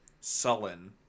sullen